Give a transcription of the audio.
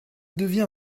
devient